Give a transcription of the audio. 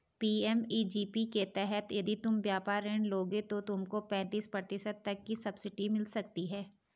PMEGP के तहत यदि तुम व्यापार ऋण लोगे तो तुमको पैंतीस प्रतिशत तक की सब्सिडी मिल सकती है